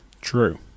true